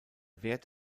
wert